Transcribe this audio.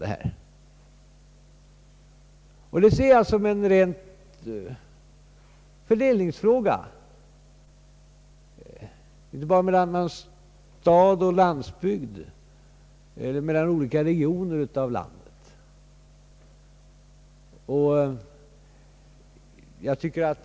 Jag ser alltså detta som en fråga om fördelning mellan stad och landsbygd och mellan olika regioner av landet.